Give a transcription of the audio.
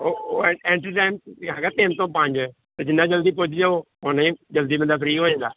ਉਹ ਉਹ ਐਂ ਐਂਟਰੀ ਟਾਈਮ ਹੈਗਾ ਤਿੰਨ ਤੋਂ ਪੰਜ ਅਤੇ ਜਿੰਨਾ ਜਲਦੀ ਪੁੱਜ ਜਾਓ ਓਨਾ ਹੀ ਜਲਦੀ ਬੰਦਾ ਫ੍ਰੀ ਹੋ ਜਾਂਦਾ